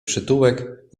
przytułek